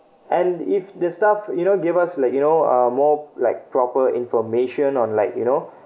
and if the staff you know give us like you know uh more like proper information on like you know